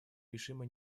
режима